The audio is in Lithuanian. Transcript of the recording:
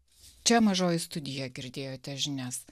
čia mažoji studija girdėjote žinias